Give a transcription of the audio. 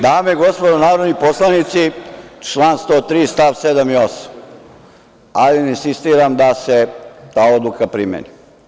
Dame i gospodo narodni poslanici, član 103. stav 7. i 8, ali ne insistiram da se ta odluka primeni.